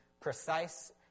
precise